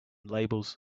labels